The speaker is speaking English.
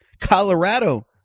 colorado